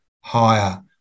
higher